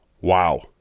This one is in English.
Wow